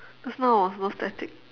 just now was no static